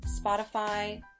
Spotify